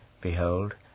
Behold